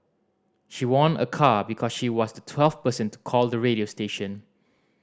she won a car because she was the twelfth person to call the radio station